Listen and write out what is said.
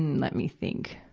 and let me think.